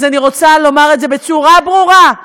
אז אני רוצה לומר את זה בצורה ברורה,